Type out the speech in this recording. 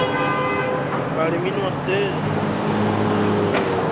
madam ji नमस्ते